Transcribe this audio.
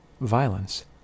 violence